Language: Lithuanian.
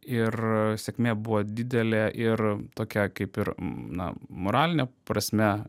ir sėkmė buvo didelė ir tokia kaip ir na moraline prasme